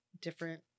different